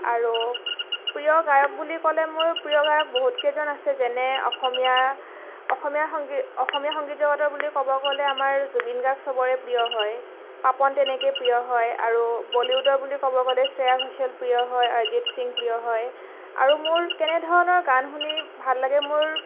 আৰু প্ৰিয় গায়ক বুলি ক'লে মোৰ প্ৰিয় গায়ক বহুত কেইজন আছে যেনে অসমীয়াৰ অসমীয়া অসমীয়া সংগীত জগতৰ বুলি ক'ব গ'লে আমাৰ জুবিন গাৰ্গ সবৰে প্ৰিয় হয় পাপন তেনেকৈ প্ৰিয় হয় আৰু বলিউডৰ বুলি ক'ব গ'লে শ্ৰেয়া ঘোষাল প্ৰিয় হয় অৰিজিৎ সিং প্ৰিয় হয় আৰু মোৰ তেনেধৰণৰ গান শুনি ভাল লাগে মোৰ